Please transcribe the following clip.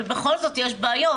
אבל בכל זאת יש בעיות,